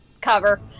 cover